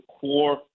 core